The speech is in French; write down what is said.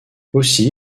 aussi